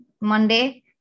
Monday